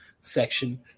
section